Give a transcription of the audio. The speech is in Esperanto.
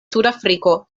sudafriko